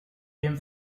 game